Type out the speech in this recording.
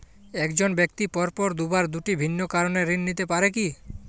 এক জন ব্যক্তি পরপর দুবার দুটি ভিন্ন কারণে ঋণ নিতে পারে কী?